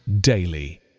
daily